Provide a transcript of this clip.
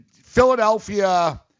Philadelphia